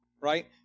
Right